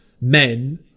men